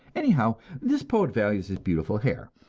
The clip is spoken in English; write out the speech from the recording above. anyhow, this poet values his beautiful hair,